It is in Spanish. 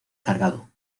cargado